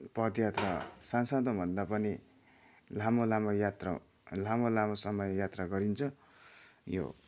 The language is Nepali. पदयात्रा साना सानाभन्दा पनि लामो लामो यात्रा लामो लामो समय यात्रा गरिन्छ यो